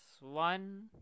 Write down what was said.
One